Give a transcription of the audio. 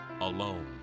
alone